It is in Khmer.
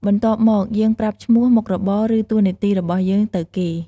បន្ទាប់មកយើងប្រាប់ឈ្មោះ មុខរបរ ឬតួនាទីរបស់យើងទៅគេ។